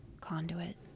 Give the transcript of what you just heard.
conduit